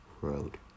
road